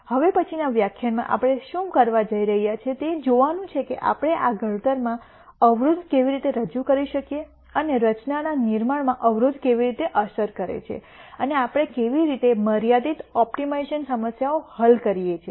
હવે પછીના વ્યાખ્યાનમાં આપણે શું કરવા જઈ રહ્યા છીએ તે જોવાનું છે કે આપણે આ ઘડતરમાં અવરોધ કેવી રીતે રજૂ કરી શકીએ છીએ અને રચનાના નિર્માણમાં અવરોધ કેવી અસર કરે છે અને આપણે કેવી રીતે મર્યાદિત ઓપ્ટિમાઇઝેશન સમસ્યાઓ હલ કરીએ છીએ